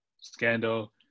scandal